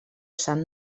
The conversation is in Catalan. sant